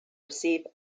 receive